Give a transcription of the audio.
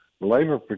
labor